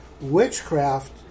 witchcraft